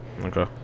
Okay